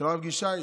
של הרב גשייד,